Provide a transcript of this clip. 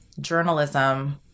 journalism